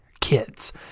kids